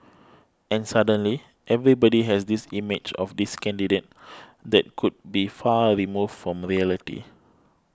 and suddenly everybody has this image of this candidate that could be far removed from reality